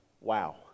wow